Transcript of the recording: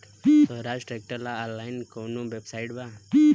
सोहराज tractor ला online कोउन website बा?